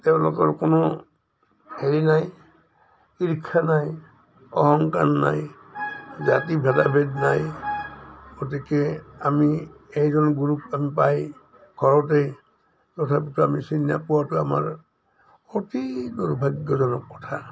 তেওঁলোকৰ কোনো হেৰি নাই ঈৰ্ষা নাই অহংকাৰ নাই জাতি ভেদাভেদ নাই গতিকে আমি এইজন গুৰুক আমি পাই ঘৰতে তথাপিতো আমি চিনি নেপোৱাটো আমাৰ অতি দুৰ্ভাগ্যজনক কথা